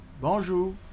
bonjour